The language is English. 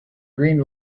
green